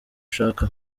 ushaka